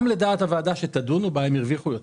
גם לדעת הוועדה שתדונו בה, הם הרוויחו יותר.